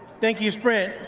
thank you, sprint.